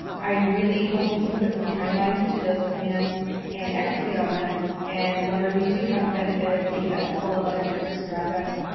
i really hope we can put some timelines to those plans and execute on them and learn. we do have the benefit of seeing a couple of other districts around us,